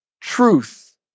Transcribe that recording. truth